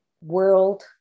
world